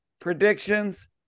predictions